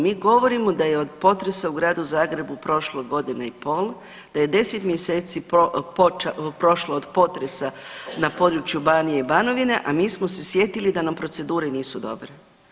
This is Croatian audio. Mi govorimo da je od potresa u gradu Zagrebu prošla godina i pol, da je 10 mjeseci prošlo od potresa na području Banije i Banovine, a mi smo se sjetili da nam procedure nisu dobre.